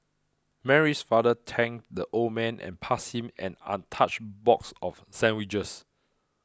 Mary's father thanked the old man and passed him an untouched box of sandwiches